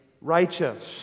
righteous